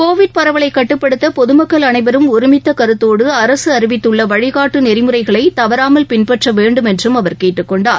Covid பரவலை கட்டுப்படுத்த பொது மக்கள் அனைவரும் ஒருமித்த கருத்தோடு அரசு அறிவித்துள்ள வழிகாட்டு நெறிமுறைகளை தவறாமல் பின்பற்ற வேண்டும் என்றும் அவர் கேட்டுக்கொண்டார்